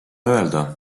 öelda